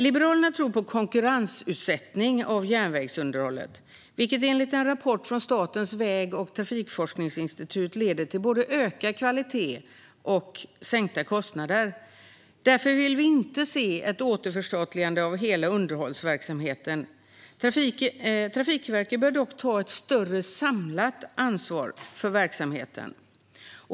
Liberalerna tror på konkurrensutsättning av järnvägsunderhållet, vilket enligt en rapport från Statens väg och transportforskningsinstitut leder till både ökad kvalitet och sänkta kostnader. Därför vill vi inte se ett återförstatligande av hela underhållsverksamheten. Trafikverket bör dock ta ett större samlat ansvar för verksamheten.